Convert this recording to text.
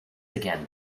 again